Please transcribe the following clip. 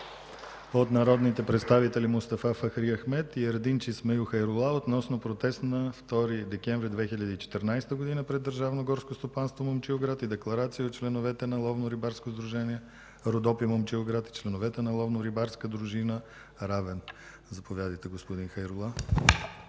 от народните представители Мустафа Фахри Ахмед и Ердинч Исмаил Хайрула относно протест на 2 декември 2014 г. пред Държавно горско стопанство – Момчилград и декларация от членовете на Ловно рибарско сдружение „Родопи” – Момчилград и членовете на Ловно рибарска дружина – Равен. Заповядайте, господин Хайрула.